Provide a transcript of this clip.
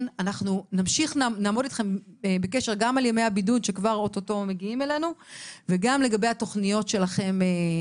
אנחנו נמשיך לעמוד בקשר לגבי ימי הבידוד שקרבים וגם בקשר לפיצוי.